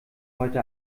heute